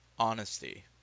honesty